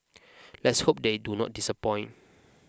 let's hope they do not disappoint